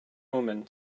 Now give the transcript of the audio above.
omen